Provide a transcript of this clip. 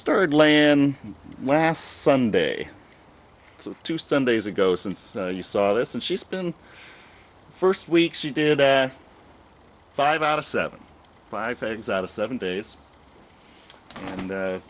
started laying in last sunday two sundays ago since you saw this and she's been first week she did a five out of seven five things out of seven days and